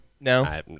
No